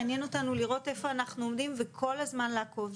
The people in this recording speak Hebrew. מעניין אותנו לראות איפה אנחנו עומדים וכל הזמן לעקוב.